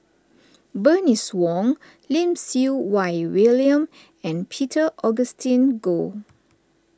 Bernice Wong Lim Siew Wai William and Peter Augustine Goh